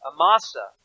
Amasa